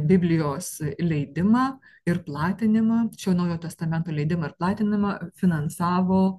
biblijos leidimą ir platinimą čia naujojo testamento leidimą ir platinimą finansavo